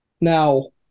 Now